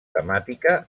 temàtica